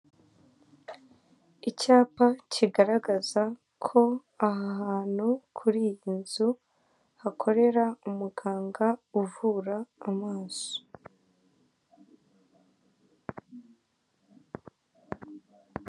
Icyapa kigaragaza ko aha hantu kuriyi nzu hakorera umuganga uvura amaso.